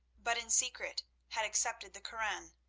but in secret had accepted the koran,